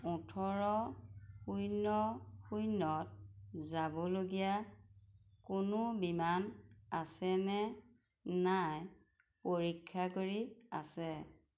ওঠৰ শূন্য শূন্যত যাবলগীয়া কোনো বিমান আছেনে নাই পৰীক্ষা কৰি আছে